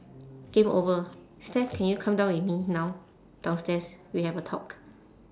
game over steph can you come down with me now downstairs we have a talk